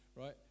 right